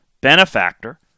benefactor